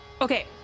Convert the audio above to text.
okay